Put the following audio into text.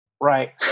right